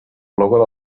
logo